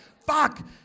fuck